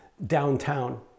Downtown